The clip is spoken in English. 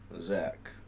Zach